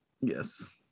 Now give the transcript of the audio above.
Yes